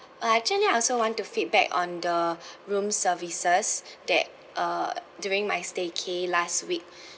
uh actually I also want to feedback on the room services that uh during my staycay last week